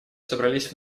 собрались